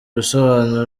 ibisobanuro